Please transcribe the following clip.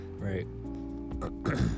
right